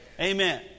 Amen